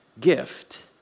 gift